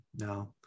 No